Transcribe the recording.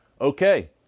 Okay